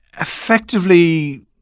effectively